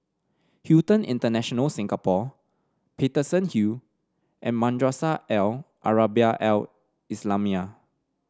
Hilton International Singapore Paterson Hill and Madrasah Al Arabiah Al Islamiah